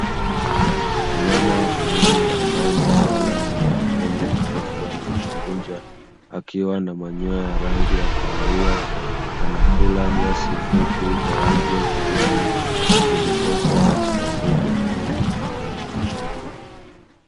Mnyama wa porini ambaye ni Swala mwenye mapembe marefu yaliyojokunja, akiwa na manyoya ya rangi ya kahawia anakula nyasi fupi za rangi ya kijani zilizopo katika mbuga.